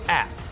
app